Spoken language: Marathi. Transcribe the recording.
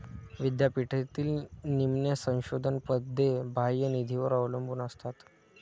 विद्यापीठातील निम्म्या संशोधन पदे बाह्य निधीवर अवलंबून असतात